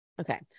okay